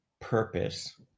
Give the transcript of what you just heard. purpose